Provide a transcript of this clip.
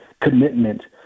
commitment